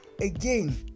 again